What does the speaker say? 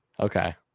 okay